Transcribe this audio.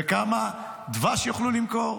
וכמה דבש יוכלו למכור.